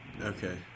Okay